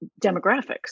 demographics